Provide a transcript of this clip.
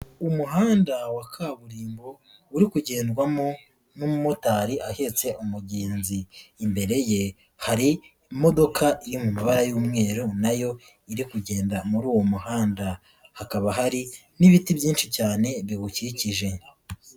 Umuhanda wa kaburimbo uri kugendwamo n'umumotari ahetse umugenzi, imbere ye hari imodoka iri mu mabara y'umweru nayo iri kugenda muri uwo muhanda, hakaba hari n'ibiti byinshi cyane biwukikije.